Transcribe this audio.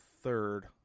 third